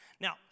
Now